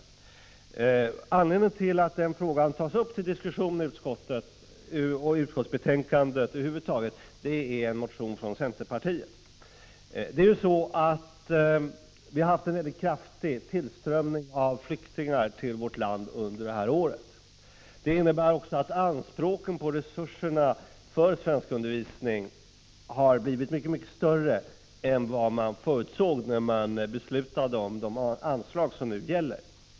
Anledningen till att den frågan tas upp till diskussion i utskottsbetänkandet är en motion från centerpartiet. Vi har haft en mycket kraftig tillströmning av flyktingar till vårt land under detta år. Det innebär också att anspråken på resurserna för svenskundervisning har blivit mycket större än vad man förutsåg när man beslutade om de nuvarande anslagen.